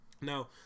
Now